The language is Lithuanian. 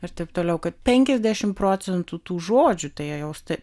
ir taip toliau kad penkiasdešimt procentų tų žodžių tai jau